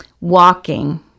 walking